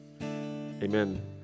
Amen